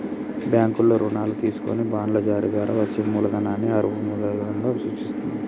బ్యాంకుల్లో రుణాలు తీసుకొని బాండ్ల జారీ ద్వారా వచ్చే మూలధనాన్ని అరువు మూలధనం సూచిత్తది